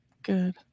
good